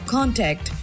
Contact